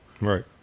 Right